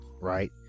right